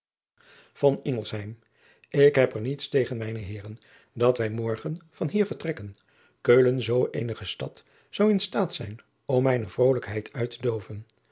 k heb er niets tegen mijne eeren dat wij morgen van hier vertrekken eulen zoo eenige stad zou in staat zijn om mijne vrolijkheid uit te